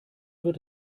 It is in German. wird